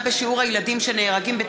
42